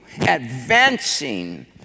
advancing